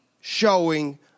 showing